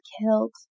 killed